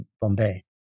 Bombay